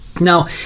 Now